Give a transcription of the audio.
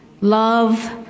love